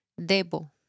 Debo